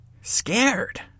scared